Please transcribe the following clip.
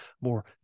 more